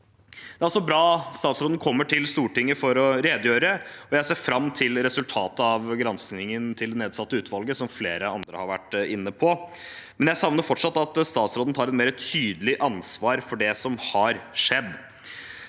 statsråden kommer til Stortinget for å redegjøre. Jeg ser fram til resultatet av granskingen til det nedsatte utvalget, som flere andre har vært inne på, men jeg savner fortsatt at statsråden tar mer tydelig ansvar for det som har skjedd.